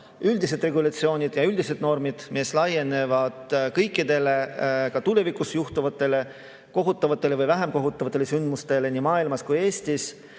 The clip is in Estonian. üldised regulatsioonid ja üldised normid, mis laienevad kõikidele ka tulevikus juhtuvatele kohutavatele või vähem kohutavatele sündmustele, nii mujal maailmas kui ka Eestis,